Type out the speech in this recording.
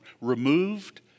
Removed